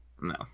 No